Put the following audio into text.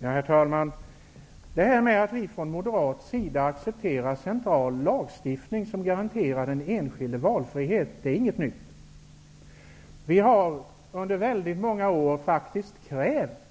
Herr talman! Att vi från moderat sida accepterar central lagstiftning som garanterar den enskilde valfrihet är ingenting nytt. Vi har under väldigt många år faktiskt krävt